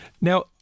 Now